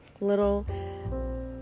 little